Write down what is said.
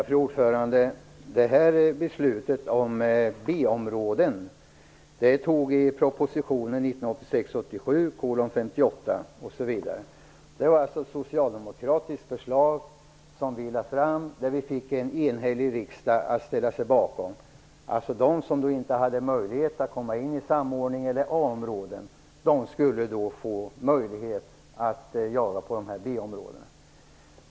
Fru talman! Beslutet om B-områden fattade vi med anledning av proposition 1986/87:58. Det var alltså ett socialdemokratiskt förslag, och vi fick en enhällig riksdagen att ställa sig bakom det. De som inte hade möjlighet att komma in i A-områden skulle få möjlighet jaga på B-områdena.